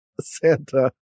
Santa